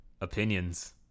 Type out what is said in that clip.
opinions